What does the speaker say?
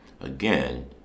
Again